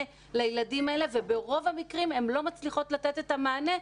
לילדים האלה וברוב המקרים הן לא מצליחות לתת את המענה,